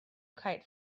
kite